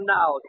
now